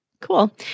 cool